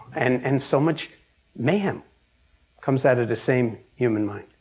and and so much mayhem comes out of the same human mind,